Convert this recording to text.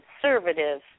conservative